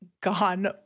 gone